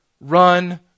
run